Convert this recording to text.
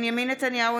בנימין נתניהו,